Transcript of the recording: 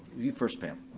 you first, pam.